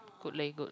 good leh good